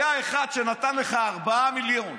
היה אחד שנתן לך 4 מיליון.